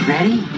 Ready